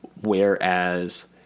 Whereas